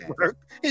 work